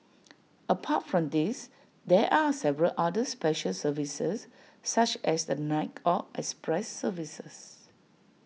apart from these there are several other special services such as the night or express services